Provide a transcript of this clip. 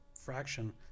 fraction